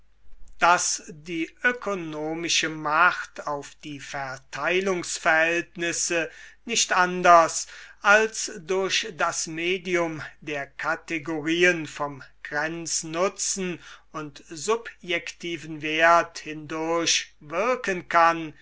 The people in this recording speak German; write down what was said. daß die ökonomische macht auf die verteilungs verhältnisse nicht anders als durch das medium der kategorien vom grenznutzen und subjektiven wert hindurch wirken kann